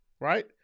right